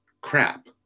crap